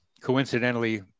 coincidentally